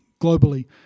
globally